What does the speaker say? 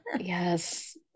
Yes